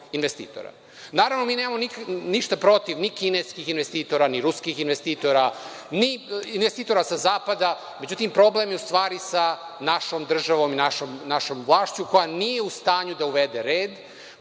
investitora. Naravno, mi nemamo ništa protiv ni kineskih investitora, ni ruskih investitora, ni investitora sa zapada.Međutim, problem je u stvari sa našom državom i našom vlašću koja nije u stanju da uvede red,